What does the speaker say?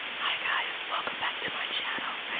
hi guys, welcome back to my channel.